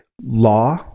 law